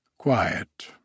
Quiet